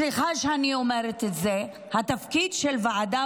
סליחה שאני אומרת את זה: התפקיד של ועדה